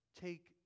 take